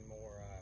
more